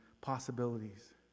possibilities